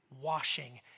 washing